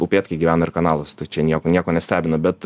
upėtakiai gyvena ir kanaluose tai čia nieko nieko nestebina bet